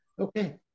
Okay